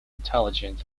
intelligent